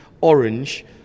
orange